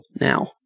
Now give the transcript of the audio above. now